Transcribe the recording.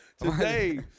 Today